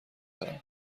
دارم